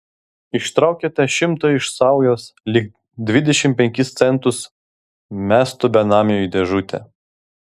ištraukė tą šimtą iš saujos lyg dvidešimt penkis centus mestų benamiui į dėžutę